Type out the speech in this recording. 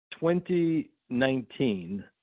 2019